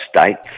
states